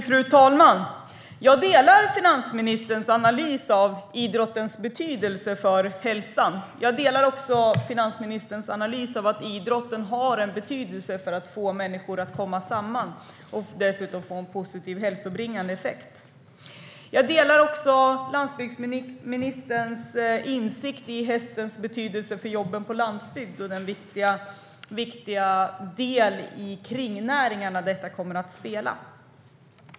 Fru talman! Jag delar finansministerns analys av idrottens betydelse för hälsan. Jag delar också finansministerns analys att idrotten har en betydelse för att få människor att komma samman och dessutom få en positiv hälsobringande effekt. Jag delar också ministerns insikt i hästens betydelse för jobben på landsbygden och den viktiga del i kringnäringarna detta kommer att vara.